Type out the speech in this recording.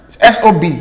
SOB